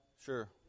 Sure